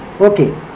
okay